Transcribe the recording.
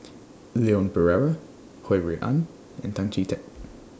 Leon Perera Ho Rui An and Tan Chee Teck